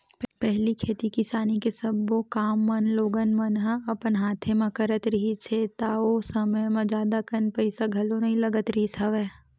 पहिली खेती किसानी के सब्बो काम मन लोगन मन ह अपन हाथे म करत रिहिस हे ता ओ समे म जादा कन पइसा घलो नइ लगत रिहिस हवय